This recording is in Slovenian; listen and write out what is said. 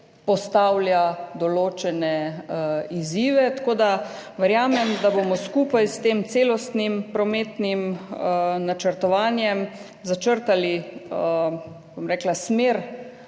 postavlja določene izzive, tako da verjamem, da bomo skupaj s tem celostnim prometnim načrtovanjem začrtali smer, v